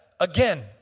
Again